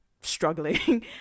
struggling